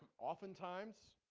oftentimes